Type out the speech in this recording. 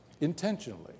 intentionally